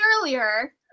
earlier